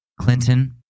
Clinton